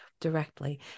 directly